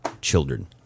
children